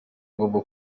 agomba